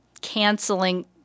canceling